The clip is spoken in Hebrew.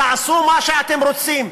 תעשו מה שאתם רוצים,